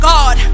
God